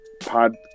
pod